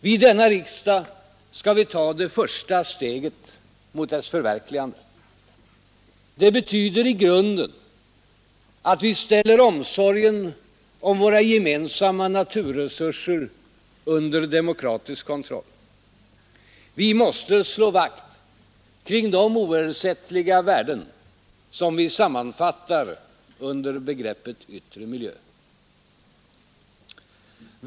Vid denna riksdag skall vi ta det första steget mot dess förverkligande. Det betyder, i grunden, att vi ställer omsorgen om våra gemensamma naturresurser under demokratisk kontroll. Vi måste slå vakt kring de oersättliga värden som vi sammanfattar under begreppet yttre miljö.